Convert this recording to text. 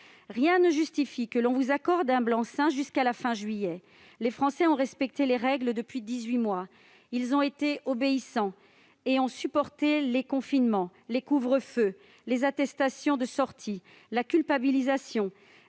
rien ne justifie que l'on vous accorde un blanc-seing jusqu'à la fin du mois de juillet. Les Français ont respecté les règles depuis dix-huit mois : ils ont été obéissants et ont supporté les confinements, les couvre-feux, les attestations de sortie, la culpabilisation